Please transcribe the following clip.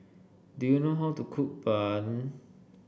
do you know how to cook bun